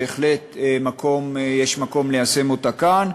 בהחלט יש מקום ליישם אותה כאן.